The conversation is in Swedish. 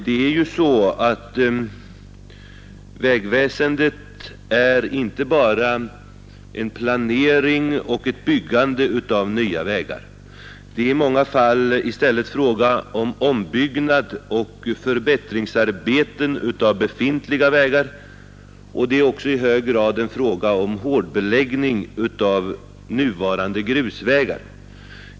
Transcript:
Det är ju också så att vägväsendet inte bara omfattar en planering och ett byggande av nya vägar. Det gäller i många fall även ombyggnad av och förbättringsarbeten på befintliga vägar, och det är också i hög grad fråga om hårdbeläggning av nuvarande grusvägar.